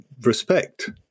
respect